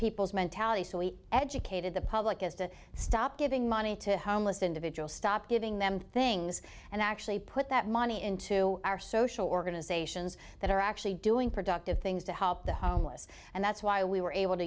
people's mentality so we educated the public is to stop giving money to homeless individuals stop giving them things and actually put that money into our social organizations that are actually doing productive things to help the homeless and that's why we were able to